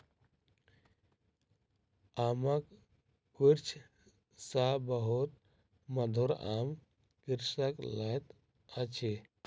आमक वृक्ष सॅ बहुत मधुर आम कृषक लैत अछि